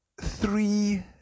three